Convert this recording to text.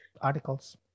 articles